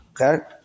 okay